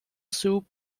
soup